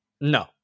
No